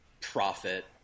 profit